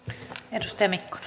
arvoisa